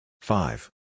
five